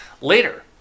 Later